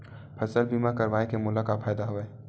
फसल बीमा करवाय के मोला का फ़ायदा हवय?